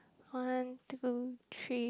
one two three